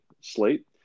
slate